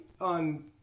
on